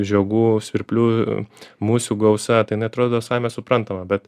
žiogų svirplių musių gausa tai jinai atrodo savaime suprantama bet